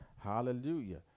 Hallelujah